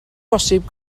bosibl